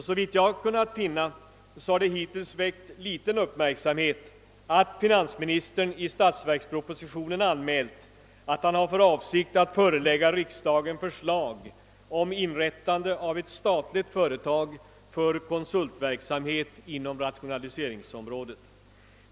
Såvitt jag har kunnat finna har det hittills väckt liten uppmärksamhet att finansministern i statsverkspropositionen anmält att han har för avsikt att förelägga riksdagen förslag om inrättande av ett statlig företag för konsultverksamhet inom rationaliseringområdet.